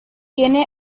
tiene